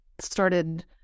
started